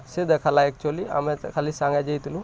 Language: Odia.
ସେ ଦେଖାଲା ଆକ୍ଚୁଆଲି ଆମେ ଖାଲି ସାଙ୍ଗେ ଯାଇଥିଲୁ